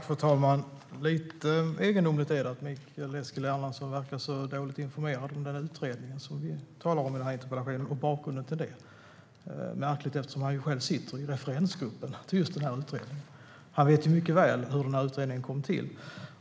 Fru talman! Lite egendomligt är det att Mikael Eskilandersson verkar så dåligt informerad om den utredning vi talar om i den här interpellationsdebatten, liksom bakgrunden till den. Det är märkligt eftersom han själv sitter i referensgruppen till just den här utredningen. Han vet mycket väl hur utredningen kom till.